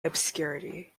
obscurity